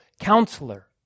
counselor